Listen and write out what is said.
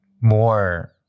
more